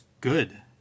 good